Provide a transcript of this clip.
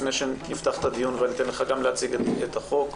לפני שאפתח את הדיון ואתן לך גם להציג את הצעת החוק,